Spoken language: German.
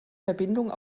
verbindung